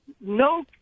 no